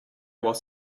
was